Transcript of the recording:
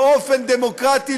באופן דמוקרטי,